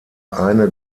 eine